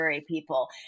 people